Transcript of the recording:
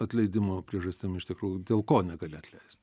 atleidimo priežastim iš tikrųjų dėl ko negali atleist